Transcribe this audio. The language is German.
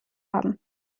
haben